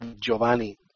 Giovanni